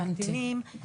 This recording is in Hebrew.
בקטינים,